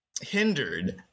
hindered